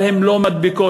אבל הן לא מדביקות,